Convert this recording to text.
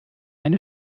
eine